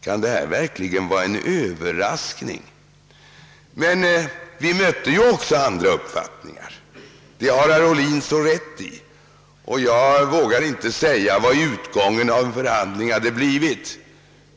Kan detta verkligen vara en överraskning? Vi mötte ju också andra uppfattningar, det har herr Ohlin så rätt i. Jag vågar inte säga vilken utgången av förhandlingarna skulle ha blivit